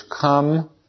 come